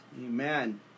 amen